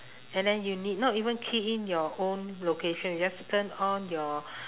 and then you need not even key in your own location just turn on your